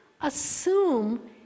assume